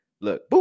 Look